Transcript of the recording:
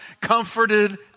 comforted